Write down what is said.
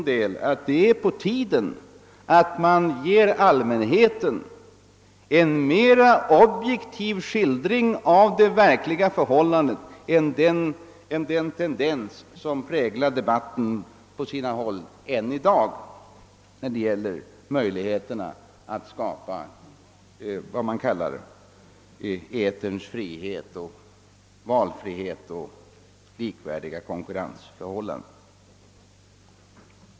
Det är på tiden att man ger allmänheten en mer objektiv skildring av det verkliga förhållandet än vad som sker i debatten på sina håll än i dag när det gäller möjligheterna att skapa vad man kallar eterns frihet, valfrihet och likvärdiga konkurrensförhållanden.